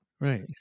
right